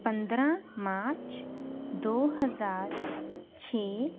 ਪੰਦਰ੍ਹਾਂ ਮਾਰਚ ਦੋ ਹਜ਼ਾਰ ਛੇ